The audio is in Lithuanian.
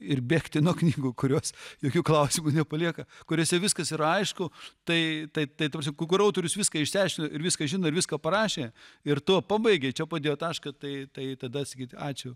ir bėgti nuo knygų kurios jokių klausimų nepalieka kuriose viskas yra aišku tai taip ta prasme kur autorius viską išsiaiškino ir viską žino ir viską parašė ir tuo pabaigė čia padėjo tašką tai tai tada sakyti ačiū